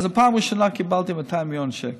בפעם הראשונה קיבלתי 200 מיליון שקל,